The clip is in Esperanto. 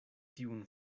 tiun